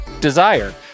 Desire